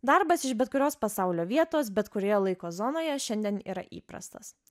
darbas iš bet kurios pasaulio vietos bet kurioje laiko zonoje šiandien yra įprastas